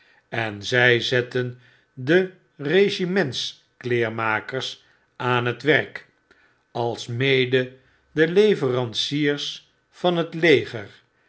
en zy zetten de regimentskleermakers aan het werk alsmede de leveranciers van het leger